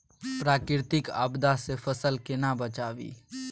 प्राकृतिक आपदा सं फसल केना बचावी?